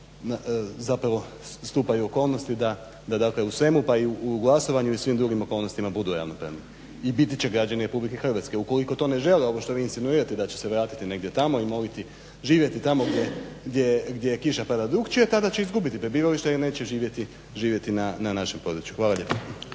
zapravo stupaju okolnosti da, da dakle u svemu pa i u glasovanju i svim drugim okolnostima budu ravnopravni i biti će građani Republike Hrvatske. Ukoliko to ne žele ovo što vi insinuirate da će se vratiti negdje tamo i moliti, živjeti tamo gdje kiša pada drukčije tada će izgubiti prebivalište jer neće živjeti na našem području. Hvala lijepa.